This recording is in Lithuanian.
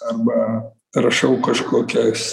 arba rašau kažkokias